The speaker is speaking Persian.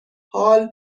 حاال